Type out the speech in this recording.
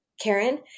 Karen